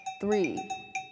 three